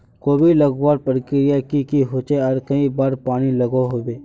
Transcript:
कोबी लगवार प्रक्रिया की की होचे आर कई बार पानी लागोहो होबे?